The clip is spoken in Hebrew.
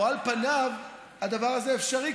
על פניו הדבר הזה אפשרי,